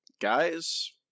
guys